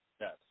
Yes